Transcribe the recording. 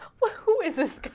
well who is this